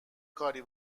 کاری